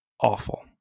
Awful